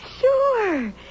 sure